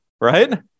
right